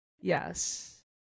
Yes